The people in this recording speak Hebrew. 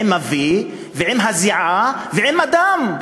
עם ה"וי" ועם הזיעה ועם הדם.